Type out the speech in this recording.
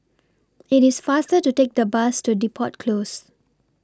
It's faster to Take The Bus to Depot Close